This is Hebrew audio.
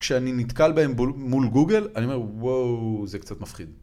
כשאני נתקל בהם מול גוגל, אני אומר, וואו, זה קצת מפחיד.